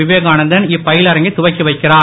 விவேகாந்தன் இப்பயிரங்கை துவக்கி வைக்கிறார்